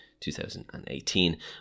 2018